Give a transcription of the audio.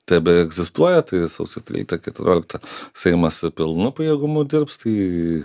tebeegzistuoja tai ir sausio tryliktą keturioliktą seimas pilnu pajėgumu dirbs tai